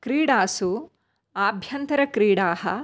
क्रीडासु आभ्यन्तरक्रीडाः